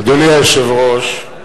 אדוני היושב-ראש,